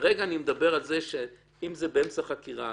כרגע אני מדבר על זה שאם זה באמצע חקירה,